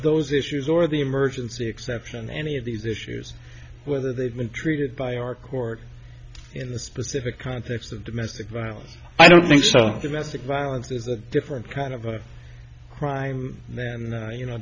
those issues or the emergency exception any of these issues whether they've been treated by our court in the specific context of domestic violence i don't think so the message violence is a different kind of a crime than you know